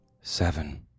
Seven